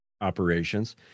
operations